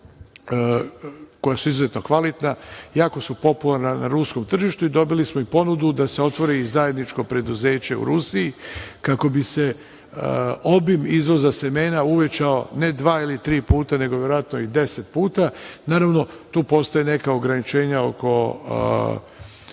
koja su izuzetno kvalitetna jako su popularna na ruskom tržištu i dobili smo ponudu da se otvori zajedničko preduzeće u Rusiji kako bi se obim izvoza semena uvećao ne dva ili tri puta, nego verovatno i deset puta. Naravno, tu postoje neka ograničenja oko